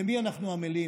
למי אנחנו עמלים,